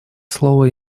слово